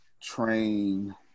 train